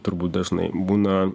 turbūt dažnai būna